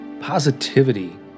positivity